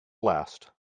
last